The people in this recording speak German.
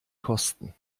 kosten